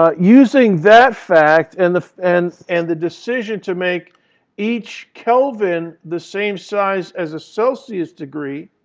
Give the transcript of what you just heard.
ah using that fact and the and and the decision to make each kelvin the same size as a celsius degree,